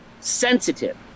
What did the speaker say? sensitive